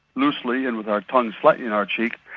loosely and with our tongues slightly in our cheek,